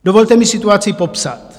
Dovolte mi situaci popsat.